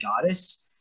goddess